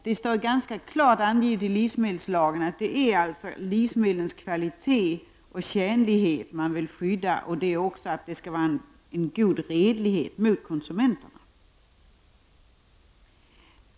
Det står ganska klart angivet i livsmedelslagen att det är livsmedlens kvalitet och tjänlighet som man vill skydda. Det skall också vara en god redlighet gentemot konsumenterna.